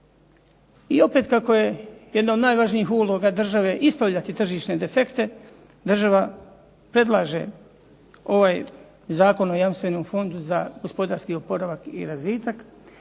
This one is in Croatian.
I opet kako je jedna od najvažnijih uloga države ispravljati tržišne defekte država predlaže ovaj zakon o jamstvenom fondu za gospodarski oporavak i razvitak